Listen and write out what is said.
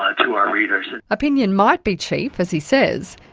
ah to our readers. opinion might be cheap, as he says,